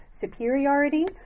superiority